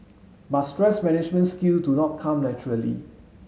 but stress management skill do not come naturally